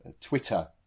Twitter